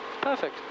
Perfect